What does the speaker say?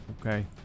Okay